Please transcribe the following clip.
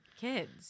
kids